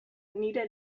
nire